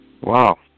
Wow